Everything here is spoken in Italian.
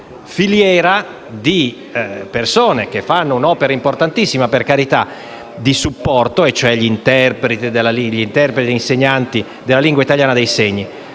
filiera di persone che svolgono un'importantissima opera di supporto, e cioè gli interpreti e gli insegnanti della lingua italiana dei segni.